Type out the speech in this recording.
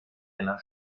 einer